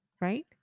right